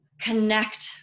connect